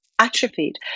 atrophied